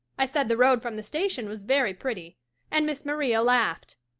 i said the road from the station was very pretty and miss maria laughed.